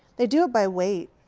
they do it by weight.